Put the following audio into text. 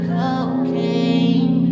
cocaine